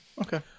Okay